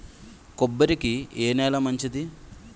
కొబ్బరి కి ఏ నేల మంచిది?